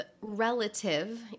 relative